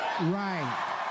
right